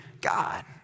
God